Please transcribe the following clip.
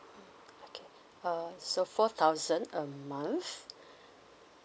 okay uh so four thousand a month